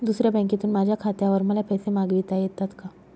दुसऱ्या बँकेतून माझ्या खात्यावर मला पैसे मागविता येतात का?